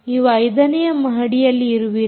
ನೀವು 5 ನೆಯ ಮಹಡಿಯಲ್ಲಿ ಇರುವಿರೇ